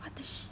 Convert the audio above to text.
what the shit